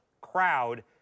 crowd